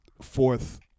fourth